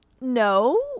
No